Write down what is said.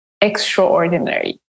extraordinary